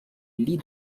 lit